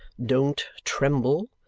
don't tremble!